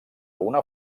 una